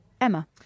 Emma